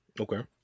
Okay